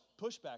pushback